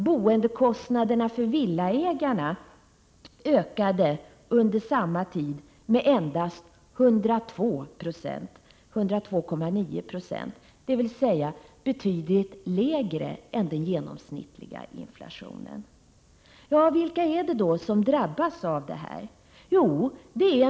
Boendekostnaderna för villaägarna ökade under samma tid med endast 102,9 90 — dvs. betydligt mindre än den genomsnittliga inflationen. Vilka är det då som drabbas av de största kostnadsökningarna?